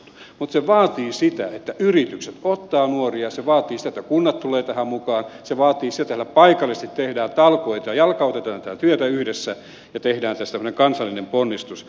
mutta se vaatii sitä että yritykset ottavat nuoria se vaatii sitä että kunnat tulevat tähän mukaan se vaatii sitä että täällä paikallisesti tehdään talkoita jalkautetaan tätä työtä yhdessä ja tehdään tästä semmoinen kansallinen ponnistus